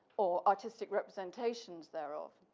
or artistic representations thereof.